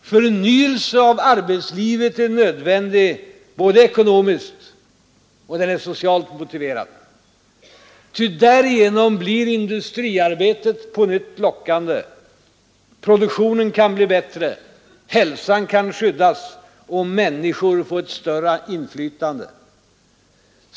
Förnyelse av arbetslivet är nödvändig av ekonomiska skäl, och den är socialt motiverad. Ty därigenom blir industriarbetet på nytt lockande, produktionen kan bli bättre, hälsan kan skyddas och människor kan få ett större inflytande.